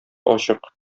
ачык